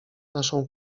naszą